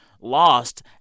lost